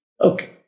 Okay